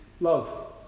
love